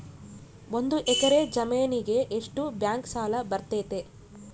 ಒಂದು ಎಕರೆ ಜಮೇನಿಗೆ ಎಷ್ಟು ಬ್ಯಾಂಕ್ ಸಾಲ ಬರ್ತೈತೆ?